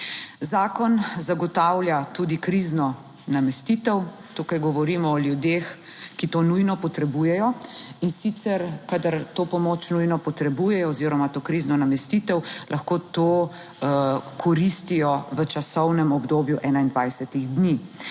Zakon zagotavlja tudi krizno namestitev, tukaj govorimo o ljudeh, ki to nujno potrebujejo, in sicer kadar to pomoč nujno potrebujejo oziroma to krizno namestitev lahko to koristijo v časovnem obdobju 21 dni,